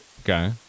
Okay